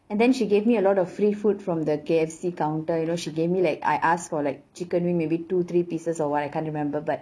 and then she gave me a lot of free food from the K_F_C counter you know she gave me like I ask for like chicken wing maybe two three pieces or [what] I can't remember but